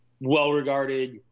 well-regarded